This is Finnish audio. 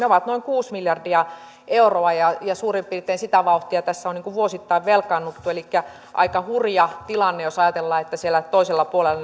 ovat noin kuusi miljardia euroa ja suurin piirtein sitä vauhtia tässä on vuosittain velkaannuttu elikkä aika hurja tilanne jos ajatellaan että siellä toisella puolella